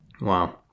Wow